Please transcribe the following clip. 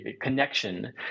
connection